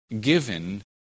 given